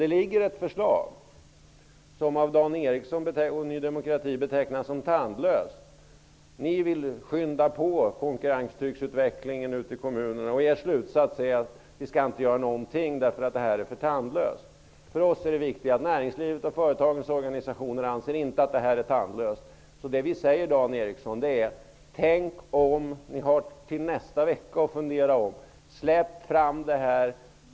Det föreligger ett förslag som av Dan Eriksson och Ny demokrati betecknas som tandlöst. Ni vill skynda på konkurrenstrycksutvecklingen ute i kommunerna, men er slutsats är att vi inte skall göra någonting därför att regeringsförslaget är för tandlöst! För oss är det viktigt att näringslivet och företagens organisationer inte anser att förslaget är tandlöst. Det vi säger, Dan Eriksson, är: Tänk om! Ni har tid till nästa vecka att fundera. Släpp fram detta förslag!